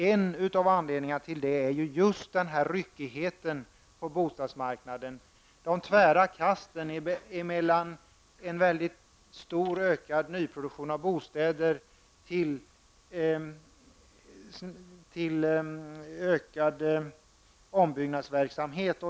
En av anledningarna är just ryckigheten på bostadsmarknaden, de tvära kasten mellan en mycket stor, ökad nyproduktion av bostäder och en ökad ombyggnadsverksamhet.